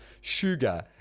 sugar